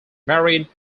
married